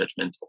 judgmental